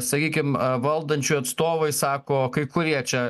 sakykim valdančiųjų atstovai sako kai kurie čia